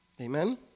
Amen